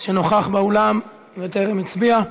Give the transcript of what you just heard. שנוכח באולם וטרם הצביע?